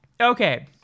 Okay